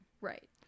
Right